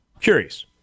Curious